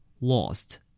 Lost